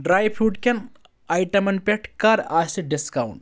dry fruit کٮ۪ن ایٚٹمن پٮ۪ٹھ کَر آسہِ ڈسکاونٹ